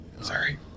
Sorry